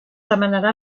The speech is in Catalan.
demanarà